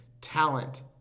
talent